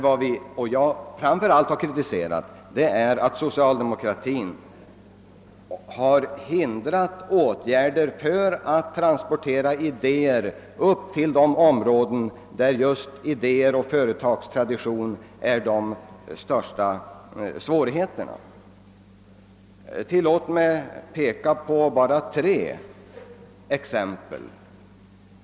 Vad jag framför allt kritiserar är att socialdemokratin har hindrat åtgärder för att transportera idéer till de områden där man framför allt saknar just idéer och företagstradition. Tillåt mig peka bara på tre exempel!